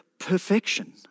Perfection